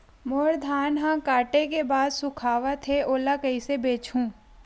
मोर धान ह काटे के बाद सुखावत हे ओला कइसे बेचहु?